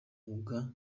umwuga